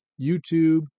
YouTube